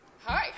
Hi